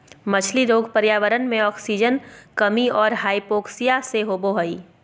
मछली रोग पर्यावरण मे आक्सीजन कमी और हाइपोक्सिया से होबे हइ